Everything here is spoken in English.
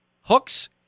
hooks